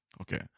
Okay